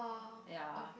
ya